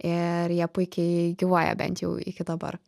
ir jie puikiai gyvuoja bent jau iki dabar